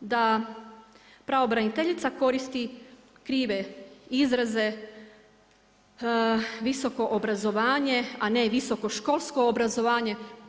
da pravobraniteljica koristi krive izraze visoko obrazovanje a ne i visoko školsko obrazovanje.